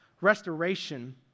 Restoration